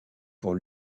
pour